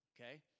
Okay